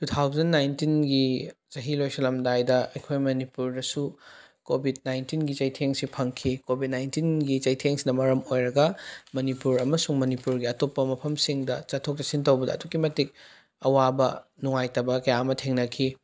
two thousand ꯅꯥꯏꯟꯇꯤꯟꯒꯤ ꯆꯍꯤ ꯂꯣꯏꯁꯤꯜꯂꯝꯗꯥꯏꯗ ꯑꯩꯈꯣꯏ ꯃꯅꯤꯄꯨꯔꯗꯁꯨ ꯀꯣꯕꯤꯠ ꯅꯥꯏꯟꯇꯤꯟꯒꯤ ꯆꯩꯊꯦꯡꯁꯤ ꯐꯪꯈꯤ ꯀꯣꯕꯤꯠ ꯅꯥꯏꯟꯇꯤꯟꯒꯤ ꯆꯩꯊꯦꯡꯁꯤꯅ ꯃꯔꯝ ꯑꯣꯏꯔꯒ ꯃꯅꯤꯄꯨꯔ ꯑꯃꯁꯨꯡ ꯃꯅꯤꯄꯨꯔꯒꯤ ꯑꯇꯣꯞꯄ ꯃꯐꯝꯁꯤꯡꯗ ꯆꯠꯊꯣꯛ ꯆꯠꯁꯤꯟ ꯇꯧꯕꯗ ꯑꯗꯨꯛꯀꯤ ꯃꯇꯤꯛ ꯑꯋꯥꯕ ꯅꯨꯡꯉꯥꯏꯇꯕ ꯀꯌꯥ ꯑꯃ ꯊꯦꯡꯅꯈꯤ